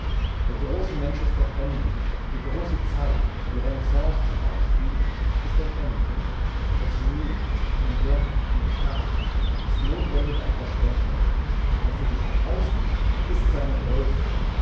der grosse mensch ist ein ende die grosse zeit die renaissance zum beispiel ist ein ende das genie in werk in that ist nothwendig ein verschwender dass es sich ausgiebt ist seine grösse